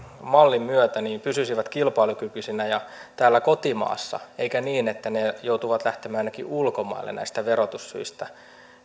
mallin myötä pysyisivät kilpailukykyisinä ja täällä kotimaassa eivätkä tekijät joutuisi lähtemään jonnekin ulkomaille verotussyistä